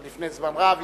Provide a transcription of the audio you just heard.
עוד לפני זמן רב.